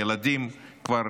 הילדים בצפון כבר